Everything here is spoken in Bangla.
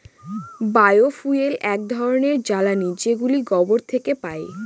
বায় ফুয়েল এক ধরনের জ্বালানী যেগুলো গোবর থেকে পাই